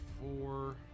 four